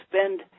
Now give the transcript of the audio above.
spend